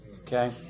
okay